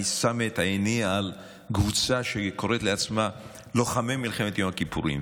אני שם את עיני על קבוצה שקוראת לעצמה "לוחמי מלחמת יום הכיפורים",